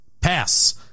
Pass